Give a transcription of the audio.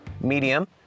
Medium